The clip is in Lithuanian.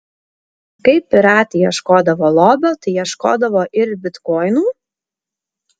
kai piratai ieškodavo lobio tai ieškodavo ir bitkoinų